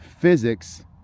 physics